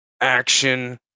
action